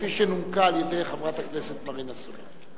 כפי שנומקה על-ידי חברת הכנסת מרינה סולודקין.